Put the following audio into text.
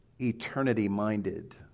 eternity-minded